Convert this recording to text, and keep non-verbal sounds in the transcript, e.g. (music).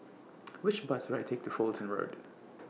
(noise) Which Bus should I Take to Fullerton Road